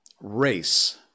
race –